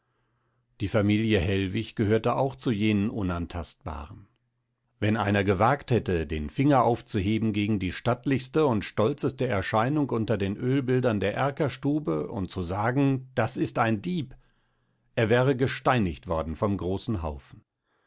die familie hellwig gehörte auch zu jenen unantastbaren wenn einer gewagt hätte den finger aufzuheben gegen die stattlichste und stolzeste erscheinung unter den oelbildern der erkerstube und zu sagen das ist ein dieb er wäre gesteinigt worden vom großen haufen